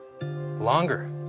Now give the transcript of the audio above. longer